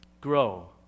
grow